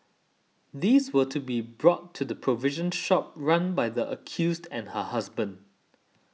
these were to be brought to the provision shop run by the accused and her husband